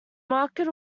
market